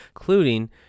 including